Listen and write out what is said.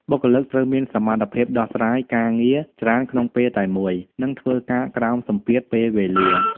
បុគ្គលិកត្រូវមានសមត្ថភាពដោះស្រាយការងារច្រើនក្នុងពេលតែមួយ និងធ្វើការក្រោមសម្ពាធពេលវេលា។